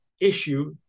issue